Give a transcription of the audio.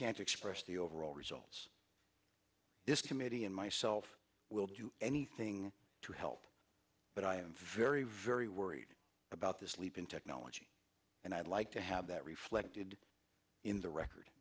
can't express the overall results this committee and myself will do anything to help but i am very very worried about this leap in technology and i'd like to have that reflected in the record